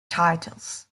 titles